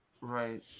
Right